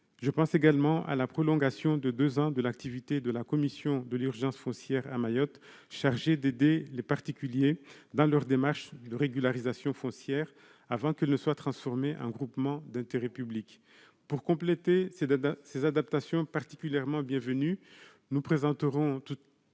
Je pense également à la prolongation de deux ans de l'activité de la commission d'urgence foncière de Mayotte, chargée d'aider les particuliers dans leurs démarches de régularisation foncière, avant qu'elle ne soit transformée en groupement d'intérêt public. Pour compléter ces adaptations particulièrement bienvenues, nous présenterons tout